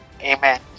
Amen